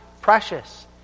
precious